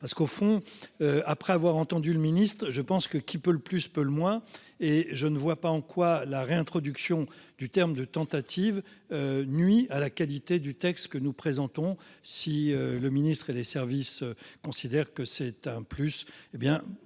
parce qu'au fond. Après avoir entendu le Ministre je pense que qui peut le plus peut le moins et je ne vois pas en quoi la réintroduction du terme de tentative. Nuit à la qualité du texte que nous présentons si le ministre et des services considère que c'est un plus. Hé bien